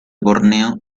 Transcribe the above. borneo